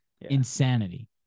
Insanity